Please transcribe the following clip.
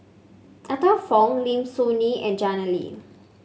Arthur Fong Lim Soo Ngee and Jannie Tay